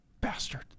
Bastard